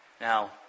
Now